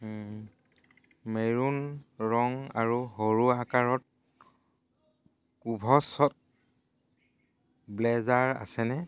maroon ৰং আৰু সৰু আকাৰত কুভছ্ত ব্লেজাৰ আছেনে